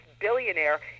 billionaire